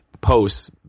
posts